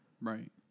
Right